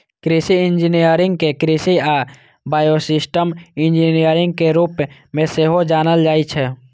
कृषि इंजीनियरिंग कें कृषि आ बायोसिस्टम इंजीनियरिंग के रूप मे सेहो जानल जाइ छै